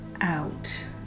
out